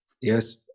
yes